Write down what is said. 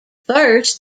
first